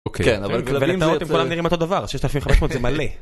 כן, אבל כלבים הם כולם נראים אותו דבר, ששת אלפים חמש מאות זה מלא.